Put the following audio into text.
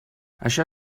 això